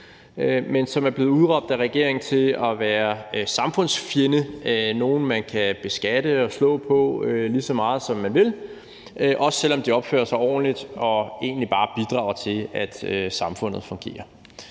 er blevet udråbt til at være en samfundsfjende, nogle, man kan beskatte og slå på, lige så meget man vil, også selv om de opfører sig ordentligt og egentlig bare bidrager til, at samfundet fungerer.